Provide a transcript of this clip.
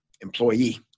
employee